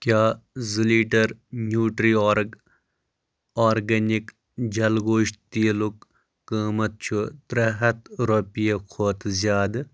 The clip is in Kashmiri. کیٛاہ زٕ لیٖٹر نیوٗٹرٛی آرگ آرگینِک جلہٕ گوزٕ تیٖلُک قۭمت چھُ ترٛےٚ ہتھ رۄپٮ۪و کھۄتہٕ زِیٛادٕ